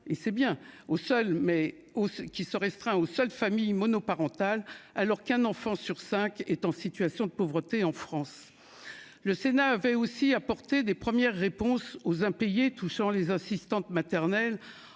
seul mais aussi qui se restreint aux seules familles monoparentales alors qu'un enfant sur 5 est en situation de pauvreté en France, le Sénat avait aussi apporter des premières réponses aux impayés, tout ça, les assistantes maternelles